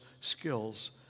skills